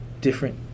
Different